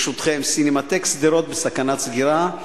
ברשותכם, סינמטק שדרות בסכנת סגירה.